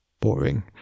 boring